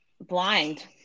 blind